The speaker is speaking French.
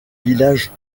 villages